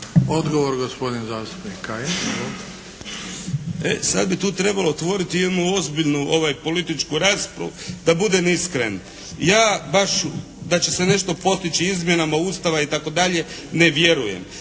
Odgovor gospodin zastupnik Kajin. **Kajin, Damir (IDS)** E sad bi tu trebalo otvoriti jednu ozbiljnu političku raspravu. Da budem iskren, ja baš da će se nešto postići izmjenama Ustava itd. ne vjerujem.